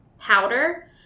Powder